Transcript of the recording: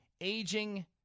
aging